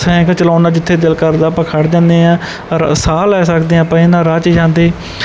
cycle ਚਲਾਉਣਾ ਨਾਲ ਜਿੱਥੇ ਦਿਲ ਕਰਦਾ ਆਪਾਂ ਖੜ੍ਹ ਜਾਂਦੇ ਹਾਂ ਔਰ ਸਾਹ ਲੈ ਸਕਦੇ ਹਾਂ ਆਪਾਂ ਇਹ ਨਾਲ ਰਾਹ 'ਚ ਜਾਂਦੇ